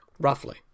roughly